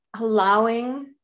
allowing